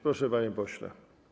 Proszę, panie pośle.